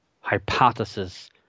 Hypothesis